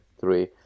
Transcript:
three